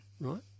right